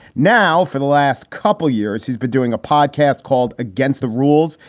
now, for the last couple years, he's been doing a podcast called against the rules.